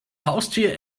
haustier